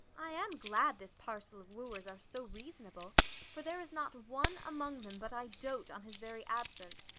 i am glad this parcel of wooers are so reasonable for there is not one among them but i dote on his very absence,